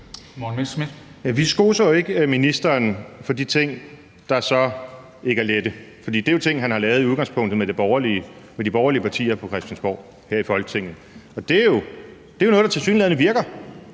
Vi skoser jo ikke ministeren for de ting, der så ikke er lette, for det er jo ting, han i udgangspunktet har lavet med de borgerlige partier på Christiansborg her i Folketinget. Det er jo noget, der tilsyneladende virker.